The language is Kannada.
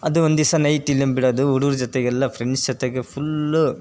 ಅದು ಒಂದಿವ್ಸ ನೈಟ್ ಇಲ್ಲಿಂದ ಬಿಡೋದು ಹುಡುಗ್ರ ಜೊತೆಗೆಲ್ಲ ಫ್ರೆಂಡ್ಸ್ ಜೊತೆಗೆ ಫುಲ್ಲು